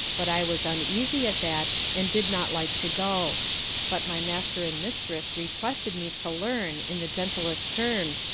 but i was uneasy at that, and did not like to go but my master and mistress requested me to learn in the gentlest terms,